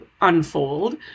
unfold